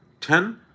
ten